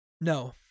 No